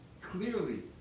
clearly